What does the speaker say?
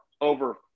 over